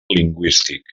lingüístic